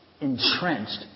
entrenched